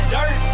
Dirt